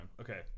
okay